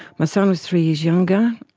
my son was three years younger.